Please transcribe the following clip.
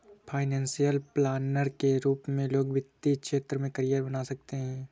financial planner के रूप में लोग वित्तीय क्षेत्र में करियर बना सकते हैं